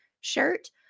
shirt